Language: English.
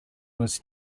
was